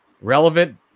relevant